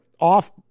off